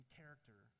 character